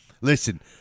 Listen